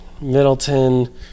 Middleton